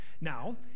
Now